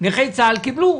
נכי צה"ל קיבלו,